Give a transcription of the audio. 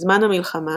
בזמן המלחמה